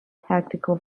tactical